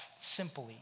simply